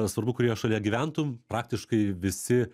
svarbu kurioje šalyje gyventum praktiškai visi